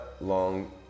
long